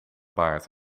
baard